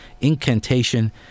incantation